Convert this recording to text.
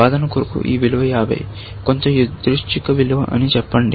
వాదన కొరకు ఈ విలువ 50 కొంత యాదృచ్ఛిక విలువ అని చెప్పండి